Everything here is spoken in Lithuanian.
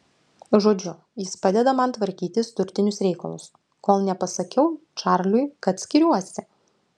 žodžiu jis padeda man tvarkytis turtinius reikalus kol nepasakiau čarliui kad skiriuosi